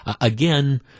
again